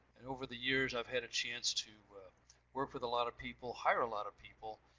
and over the years i've had a chance to work with a lot of people, hire a lot of people,